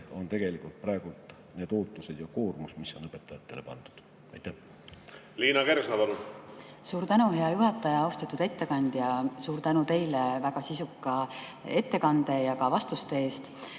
on tegelikult praegu need ootused ja koormus, mis on õpetajatele pandud. Liina Kersna, palun! Liina Kersna, palun! Suur tänu, hea juhataja! Austatud ettekandja, suur tänu teile väga sisuka ettekande ja vastuste eest!